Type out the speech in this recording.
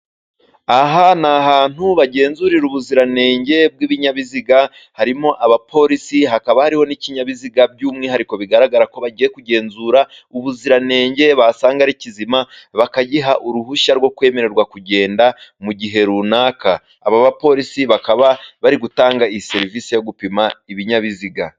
Aha ni hantu bagenzurira ubuziranenge bw'ibinyabiziga, harimo abapolisi hakaba hariho n'ikinyabiziga, by'umwihariko bigaragara ko bagiye kugenzura ubuziranenge, basanga ari kizima bakagiha uruhushya rwo kwemererwa kugenda mu gihe runaka, aba bapolisi bakaba bari gutanga iyi serivisi yo gupima ibinyabiziga.